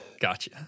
Gotcha